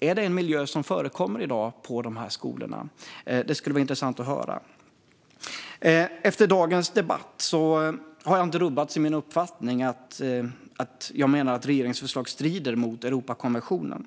Är det en miljö som förekommer i dag på de här skolorna? Det skulle vara intressant att höra. Efter dagens debatt har jag inte rubbats i min uppfattning. Jag menar att regeringens förslag strider mot Europakonventionen.